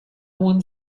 one